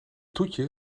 toetje